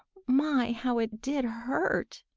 my, how it did hurt!